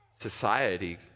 society